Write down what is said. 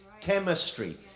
chemistry